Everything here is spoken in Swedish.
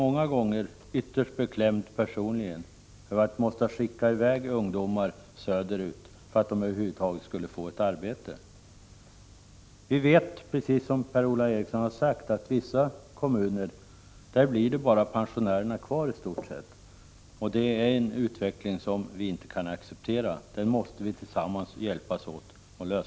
Många gånger har jag personligen varit ytterst beklämd över att ha behövt skicka i väg ungdomar söderut för att de över huvud taget skulle få ett arbete. I vissa kommuner är det, precis som Per-Ola Eriksson sade, i stort sett bara pensionärer som stannar kvar. Det är en utveckling som vi inte kan acceptera. Vi måste hjälpas åt för att lösa detta problem.